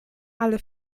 alle